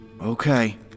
Okay